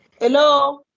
Hello